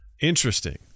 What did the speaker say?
Interesting